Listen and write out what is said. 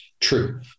True